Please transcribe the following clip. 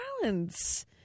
balance